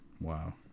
Wow